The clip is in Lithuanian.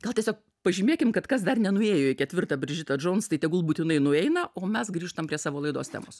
gal tiesiog pažymėkim kad kas dar nenuėjo į ketvirtą bridžitą džouns tai tegul būtinai nueina o mes grįžtam prie savo laidos temos